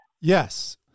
yes